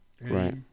right